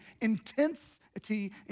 intensity